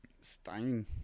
Stein